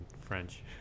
french